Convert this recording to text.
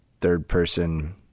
third-person